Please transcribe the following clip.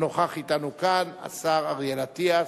הנוכח אתנו כאן, השר אריאל אטיאס.